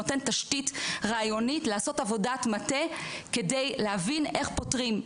הוא נותן תשתית רעיונית לעשות עבודת מטה כדי להבין איך פותרים.